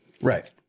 Right